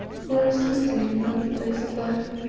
for i slew thee in yonder place of life,